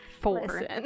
four